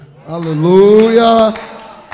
Hallelujah